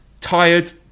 tired